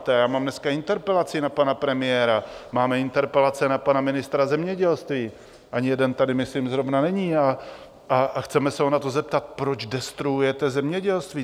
A já mám dneska interpelaci na pana premiéra, máme interpelace na pana ministra zemědělství ani jeden tady myslím zrovna není a chceme se ho na to zeptat: Proč destruujete zemědělství?